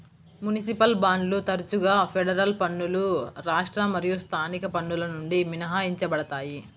municipal బాండ్లు తరచుగా federal పన్నులు రాష్ట్ర మరియు స్థానిక పన్నుల నుండి మినహాయించబడతాయి